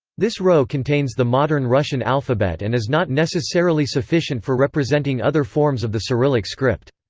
this row contains the modern russian alphabet and is not necessarily sufficient for representing other forms of the cyrillic script.